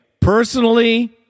personally